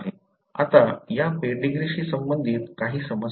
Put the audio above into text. आता या पेडीग्रीशी संबंधित काही समस्या आहेत